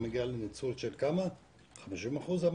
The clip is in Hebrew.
אם אין לך תוכניות, אתה מגיע לניצול של 50% אמרת?